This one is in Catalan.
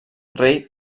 rei